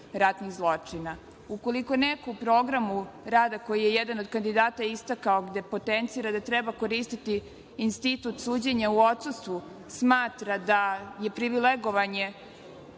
ratnih zločina. Ukoliko neko u programu rada koji je jedan od kandidata istakao gde potencira da treba koristiti institut suđenja u odsustvu smatra da je privilegovanje